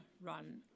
Run